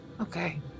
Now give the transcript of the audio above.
Okay